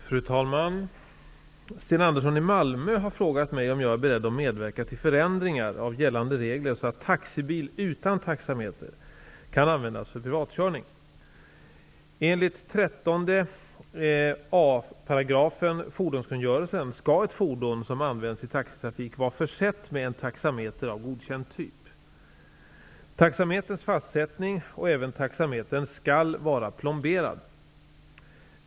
Fru talman! Sten Andersson i Malmö har frågat mig om jag är beredd att medverka till förändringar av gällande regler så att taxibil utan taxameter kan användas för privatkörning. Enligt 13 a § fordonskungörelsen skall ett fordon som används i taxitrafik vara försett med en taxameter av godkänd typ. Taxameterns fastsättning och även taxametern skall vara plomberad.